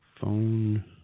phone